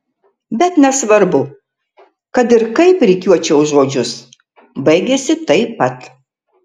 bet nesvarbu kad ir kaip rikiuočiau žodžius baigiasi taip pat